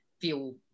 feel